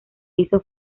hizo